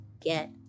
get